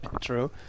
True